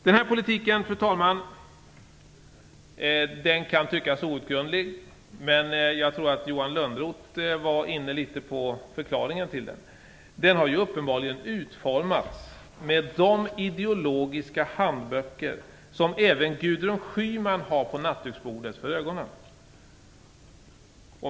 Denna politik kan tyckas outgrundlig, men jag tror att Johan Lönnroth något var inne på förklaringen till den. Den har uppenbarligen utformats utifrån de ideologiska handböcker som även Gudrun Schyman har på nattduksbordet.